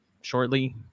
shortly